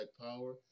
power